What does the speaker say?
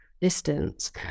distance